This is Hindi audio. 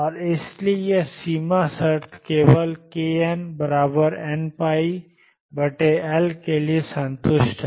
और इसलिए यह सीमा शर्त केवल knnπL के लिए संतुष्ट है